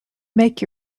make